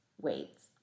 weights